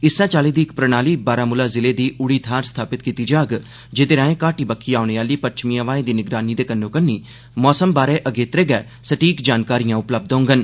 इस्सै चाल्ली दी इक प्रणाली बारामूला जिले दी उड़ी थाहर स्थापित कीती जाग जेहदे राएं घाटी बक्खी औने आह्ली पच्छमी ब्हाएं दी निगरानी दे कन्नो कन्नी मौसम बारै अगेत्रे गै सटीक जानकारियां बी उपलब्ध होङन